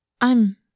I'm